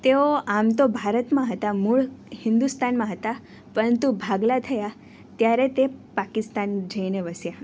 તેઓ આમ તો ભારતમાં હતા મૂળ હિન્દુસ્તાનમાં હતા પરંતુ ભાગલા થયા ત્યારે તે પાકિસ્તાન જઈને વસ્યા